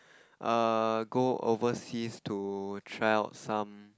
err go overseas to tryout some